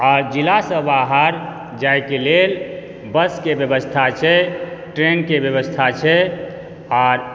आ जिला सँ बाहर जाइके लेल बस के व्यवस्था छै ट्रैन के व्यवस्था छै आर